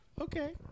Okay